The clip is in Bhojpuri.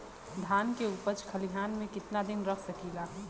धान के उपज खलिहान मे कितना दिन रख सकि ला?